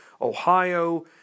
Ohio